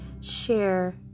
share